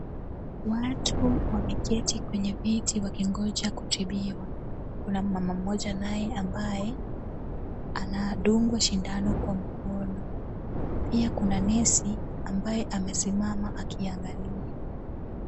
Watu wameketi kwenye viti wakingoja kutibiwa. Kuna mmama mmoja naye ambaye anadungwa shindano kwa mkono pia kuna nesi ambaye amesimama akiangalia.